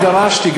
אני דרשתי.